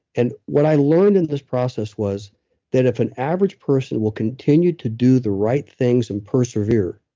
and what i learned in this process was that if an average person will continue to do the right things and persevere,